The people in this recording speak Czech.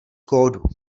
kódu